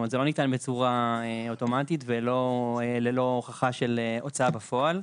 זה לא ניתן בצורה אוטומטית וללא הוכחה של הוצאה בפועל.